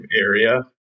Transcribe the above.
area